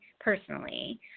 personally